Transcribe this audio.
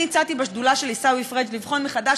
אני הצעתי בשדולה של עיסאווי פריג' לבחון מחדש